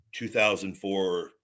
2004